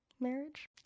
marriage